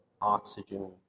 oxygen